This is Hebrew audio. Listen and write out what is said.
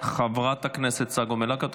חברת הכנסת צגה מלקו,